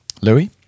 Louis